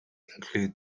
include